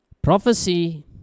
Prophecy